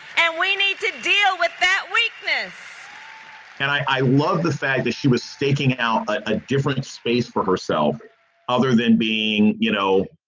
and we need to deal with that weakness and i love the fact that she was staking out a different space for herself other than being, you know,